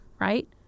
right